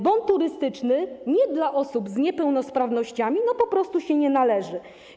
Bon turystyczny - nie dla osób z niepełnosprawnościami, po prostu się nie należy.